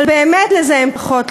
אבל באמת לזהם פחות,